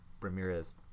Ramirez